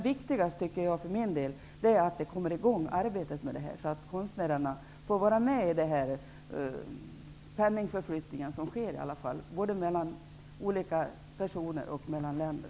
Viktigast är att arbetet med detta kommer i gång, så att konstnärerna får del av den penningförflyttning som sker, både mellan olika personer och olika länder.